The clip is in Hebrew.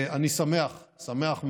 אני שמח, שמח מאוד,